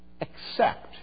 accept